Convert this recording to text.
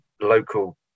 local